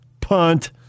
punt